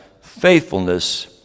faithfulness